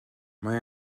mae